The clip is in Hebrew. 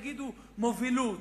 יגידו: מובילות,